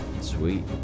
Sweet